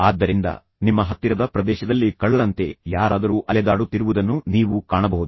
ಆದ್ದರಿಂದ ನಿಮ್ಮ ಹತ್ತಿರದ ಪ್ರದೇಶದಲ್ಲಿ ಕಳ್ಳನಂತೆ ಯಾರಾದರೂ ಅಲೆದಾಡುತ್ತಿರುವುದನ್ನು ನೀವು ಕಾಣಬಹುದು